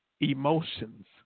emotions